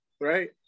right